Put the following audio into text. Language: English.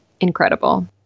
incredible